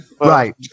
Right